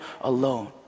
alone